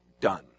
done